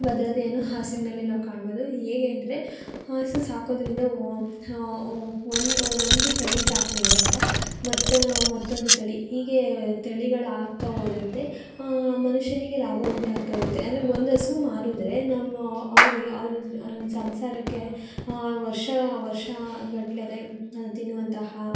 ಭದ್ರತೆಯನ್ನು ಹಸುವಿನಲ್ಲಿ ನಾವು ಕಾಣ್ಬೋದು ಹೇಗೆ ಅಂದರೆ ಹಸು ಸಾಕೋದ್ರಿಂದ ಓಮ್ ಒಂದು ಒಂದು ತಳಿ ಸಾಕೋದ್ರಿಂದ ಮತ್ತು ಮತ್ತೊಂದು ತಳಿ ಹೀಗೆ ತಳಿಗಳಾಗ್ತಾಹೋದಂತೆ ಮನುಷ್ಯನಿಗೆ ಲಾಭ ಉಂಟಾಗ್ತಾ ಹೋಗುತ್ತೆ ಅಂದರೆ ಒಂದು ಹಸು ಮಾರಿದ್ರೆ ನಮ್ಮ ಅವರಿಗೆ ಅವರ ಇದರ ಸಂಸಾರಕ್ಕೆ ವರ್ಷ ವರ್ಷಗಟ್ಲೆ ತಿನ್ನುವಂತಹ